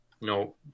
no